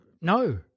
no